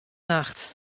nacht